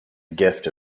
gift